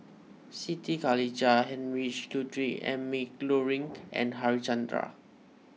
Siti Khalijah Heinrich Ludwig Emil Luering and Harichandra